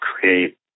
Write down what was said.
create